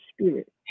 spirit